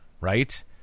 right